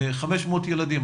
500 ילדים,